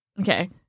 Okay